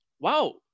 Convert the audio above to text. wow